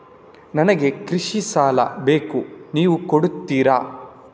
ನನಗೆ ಕೃಷಿ ಸಾಲ ಬೇಕು ನೀವು ಕೊಡ್ತೀರಾ?